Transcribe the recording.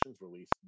released